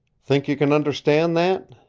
think you can understand that?